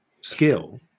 skill